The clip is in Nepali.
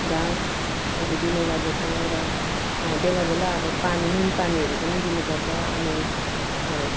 घाँसहरू दिने गर्दछौँ र बेला बेला अब पानी नुनपानीहरू पनि दिनुपर्छ अनि